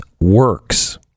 works